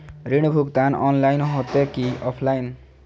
ऋण भुगतान ऑनलाइन होते की ऑफलाइन?